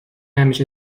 همیشه